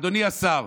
אדוני השר,